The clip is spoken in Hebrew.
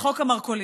לחוק המרכולים.